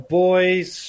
boys